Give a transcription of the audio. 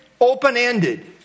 open-ended